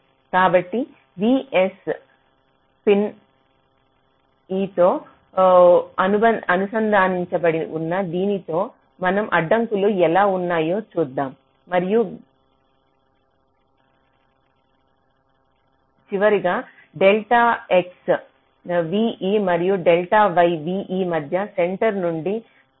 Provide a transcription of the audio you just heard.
కాబట్టి vs pin ఇతో అనుసంధానించబడి ఉన్న దీనితో మనం అడ్డంకులు ఎలా ఉన్నాయో చూద్దాం మరియు గాచివరగా డెల్టా ఎక్స్ve మరియు డెల్టా వై ve మధ్య సెంటర్ నుండి పిన్ ఆఫ్సెట్ లను సూచిస్తాయి